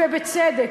ובצדק.